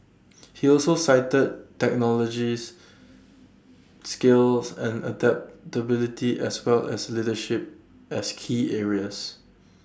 he also cited technologies skills and adaptability as well as leadership as key areas